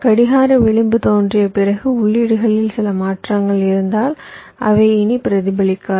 கடிகார விளிம்பு தோன்றிய பிறகு உள்ளீடுகளில் சில மாற்றங்கள் இருந்தால் அவை இனி பிரதிபலிக்காது